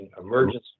emergency